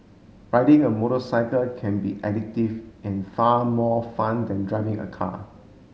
riding a motorcycle can be addictive and far more fun than driving a car